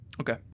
okay